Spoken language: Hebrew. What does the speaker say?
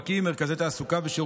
אופיר, אל תערבב בנושאים סיעתיים.